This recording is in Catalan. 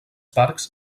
parcs